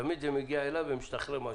תמיד זה מגיע אליו משתחרר משהו,